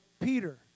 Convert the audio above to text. Peter